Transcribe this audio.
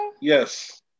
Yes